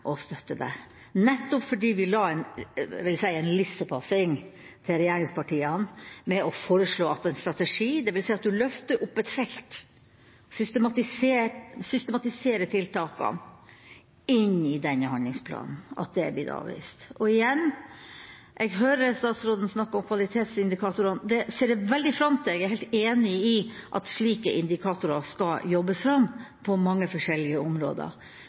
og støtte det. Vi la det jeg vil si er en lissepasning til regjeringspartiene med å foreslå en strategi, dvs. at du løfter opp et felt og systematiserer tiltakene i handlingsplanen. Det blir da avvist. Igjen hører jeg statsråden snakke om kvalitetsindikatorene. Det ser jeg veldig fram til. Jeg er helt enig i at slike indikatorer skal jobbes fram på mange forskjellige områder.